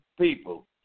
people